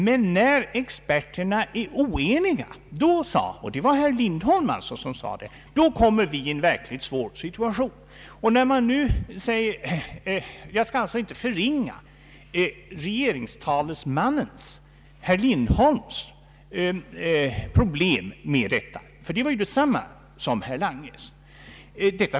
Men när experterna är oeniga kommer vi, sade herr Lindholm, i en verkligt svår situation. Jag skall alltså inte förringa regeringstalesmannens, herr Lindholms, problem, ty det var detsamma som herr Langes.